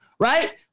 Right